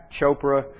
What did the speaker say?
Chopra